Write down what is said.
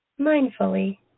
mindfully